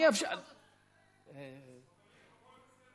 הכול בסדר.